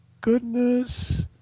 goodness